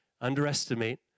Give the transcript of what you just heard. underestimate